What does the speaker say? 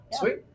sweet